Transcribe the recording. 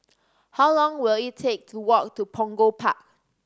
how long will it take to walk to Punggol Park